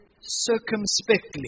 circumspectly